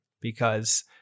because-